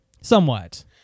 somewhat